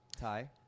ty